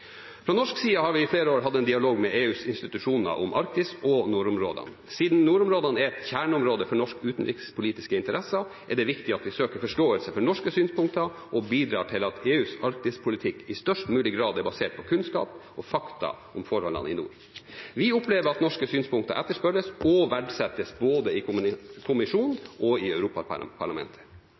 Fra norsk side har vi i flere år hatt en dialog med EUs institusjoner om Arktis og nordområdene. Siden nordområdene er et kjerneområde for norske utenrikspolitiske interesser, er det viktig at vi søker forståelse for norske synspunkter og bidrar til at EUs arktispolitikk i størst mulig grad er basert på kunnskap og fakta om forholdene i nord. Vi opplever at norske synspunkter etterspørres og verdsettes, både i kommisjonen og i